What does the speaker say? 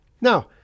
Now